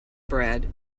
bread